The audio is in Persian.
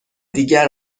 دیگر